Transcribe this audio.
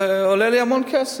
עולה לי המון כסף.